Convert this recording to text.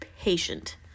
patient